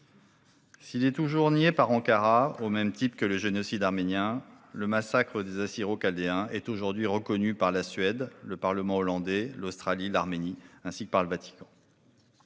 S'il est toujours nié par Ankara, au même titre que le génocide arménien, le massacre des Assyro-Chaldéens est aujourd'hui reconnu par la Suède, par le Parlement néerlandais, par l'Australie, par l'Arménie ainsi que par le Vatican.